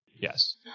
Yes